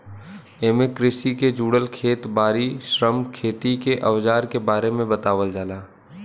एमे कृषि के जुड़ल खेत बारी, श्रम, खेती के अवजार के बारे में बतावल जाला